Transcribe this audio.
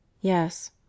Yes